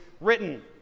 written